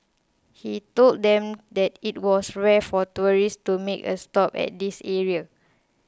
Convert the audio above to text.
he told them that it was rare for tourists to make a stop at this area